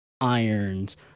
irons